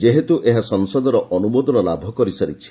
ଯେହେତୁ ଏହା ସଂସଦର ଅନୁମୋଦନ ଲାଭ କରିସାରିଛି